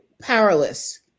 powerless